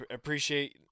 appreciate